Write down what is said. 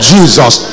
Jesus